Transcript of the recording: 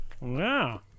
Wow